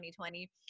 2020